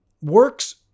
works